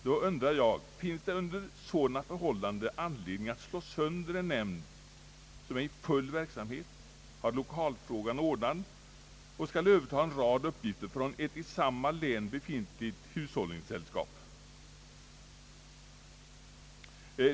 Jag undrar om det under sådana förhållanden finns anledning slå sönder en nämnd som är i full verksamhet, har lokalfrågan ordnad och skall överta en rad uppgifter från ett i samma län befintligt hushållningssällskap.